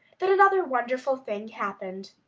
that another wonderful thing happened.